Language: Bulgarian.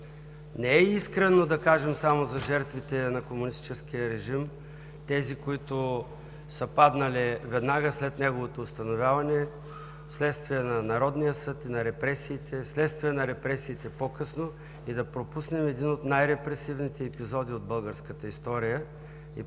Не е искрено да кажем само за жертвите на комунистическия режим, тези, които са паднали веднага след неговото установяване, следствие на Народния съд и на репресиите, следствие на репресиите по-късно и да пропуснем един от най-репресивните епизоди от българската история и